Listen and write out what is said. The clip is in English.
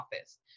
office